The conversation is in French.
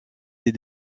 des